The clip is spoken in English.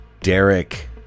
Derek